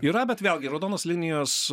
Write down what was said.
yra bet vėlgi raudonos linijos